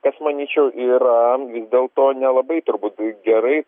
kas manyčiau yra dėl to nelabai turbūt gerai